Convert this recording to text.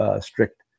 strict